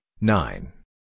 nine